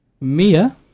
Mia